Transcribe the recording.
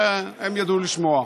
הם ידעו לשמוע.